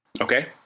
Okay